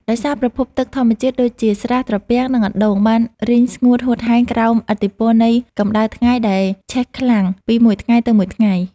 ដោយសារប្រភពទឹកធម្មជាតិដូចជា ស្រះ ត្រពាំង និងអណ្ដូង បានរីងស្ងួតហួតហែងក្រោមឥទ្ធិពលនៃកម្ដៅថ្ងៃដែលឆេះខ្លាំងពីមួយថ្ងៃទៅមួយថ្ងៃ។